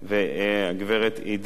והגברת עידית.